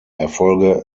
erfolge